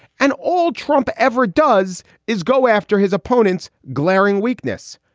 and all trump ever does is go after his opponent's glaring weakness.